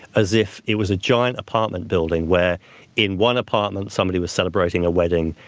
as if it was a giant apartment building where in one apartment somebody was celebrating a wedding,